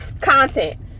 content